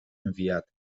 enviat